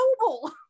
Noble